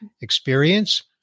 experience